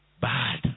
bad